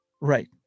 Right